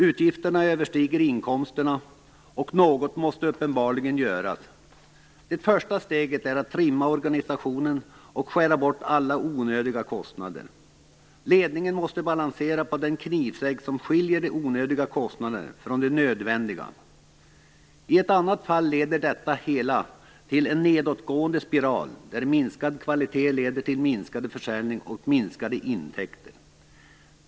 Utgifterna överstiger inkomsterna, och något måste uppenbarligen göras. Det första steget är att trimma organisationen och skära bort alla onödiga kostnader. Ledningen måste balansera på den knivsegg som skiljer de onödiga kostnaderna från de nödvändiga. I annat fall leder det hela till en nedåtgående spiral där minskad kvalitet leder till minskad försäljning och minskade intäkter.